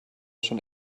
schon